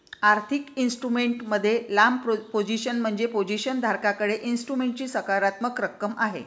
आर्थिक इन्स्ट्रुमेंट मध्ये लांब पोझिशन म्हणजे पोझिशन धारकाकडे इन्स्ट्रुमेंटची सकारात्मक रक्कम आहे